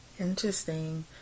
Interesting